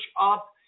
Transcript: up